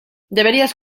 deberías